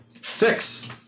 Six